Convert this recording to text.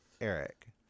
Eric